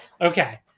Okay